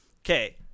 okay